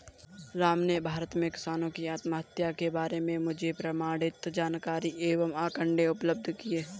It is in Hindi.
राम ने भारत में किसानों की आत्महत्या के बारे में मुझे प्रमाणित जानकारी एवं आंकड़े उपलब्ध किये